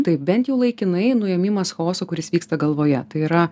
tai bent jau laikinai nuėmimas chaoso kuris vyksta galvoje tai yra